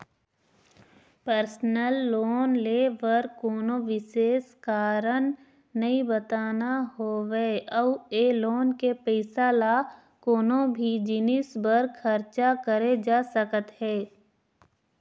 personal loan ले बर कोनो बिसेस कारन नइ बताना होवय अउ ए लोन के पइसा ल कोनो भी जिनिस बर खरचा करे जा सकत हे